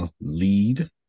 lead